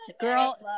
Girl